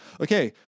okay